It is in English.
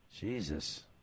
Jesus